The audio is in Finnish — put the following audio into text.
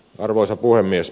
arvoisa puhemies